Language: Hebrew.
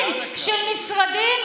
סמוטריץ'